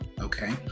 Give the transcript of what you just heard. okay